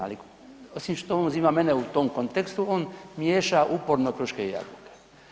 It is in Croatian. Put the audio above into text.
Ali osim što on uzima mene u tom kontekstu, on miješa uporno kruške i jabuke.